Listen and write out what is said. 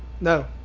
No